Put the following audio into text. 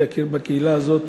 להכיר בקהילה הזאת